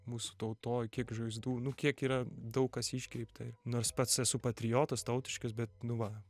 mūsų tautoj kiek žaizdų nu kiek yra daug kas iškreipta ir nors pats esu patriotas tautiškas bet nu va